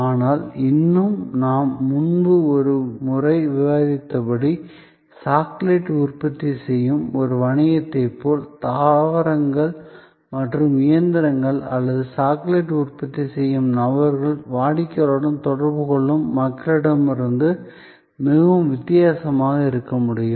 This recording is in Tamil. ஆனால் இன்னும் நான் முன்பு ஒருமுறை விவாதித்தபடி சாக்லேட் உற்பத்தி செய்யும் ஒரு வணிகத்தைப் போல தாவரங்கள் மற்றும் இயந்திரங்கள் அல்லது சாக்லேட் உற்பத்தி செய்யும் நபர்கள் வாடிக்கையாளர்களுடன் தொடர்புகொள்ளும் மக்களிடமிருந்து மிகவும் வித்தியாசமாக இருக்க முடியும்